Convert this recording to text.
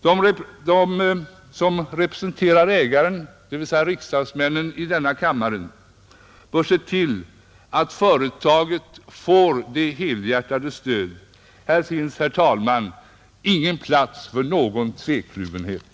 De som representarer ägaren — det vill säga samtliga riksdagsmän i denna kammare — bör se till att företaget får detta helhjärtade stöd. Där finns det, herr talman, ingen plats för någon tvekluvenhet.